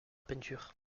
peinture